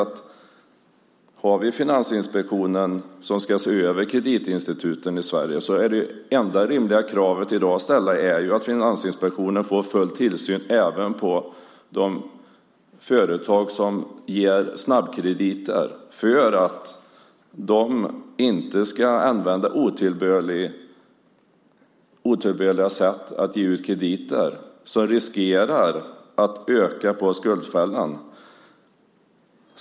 Om vi nu har Finansinspektionen som ska se över kreditinstituten i Sverige är det enda rimliga kravet i dag att ställa att den får full tillsyn även över de företag som ger snabbkrediter. Det måste ske för att de inte ska använda otillbörliga sätt att ge ut krediter som riskerar att öka skuldfällan.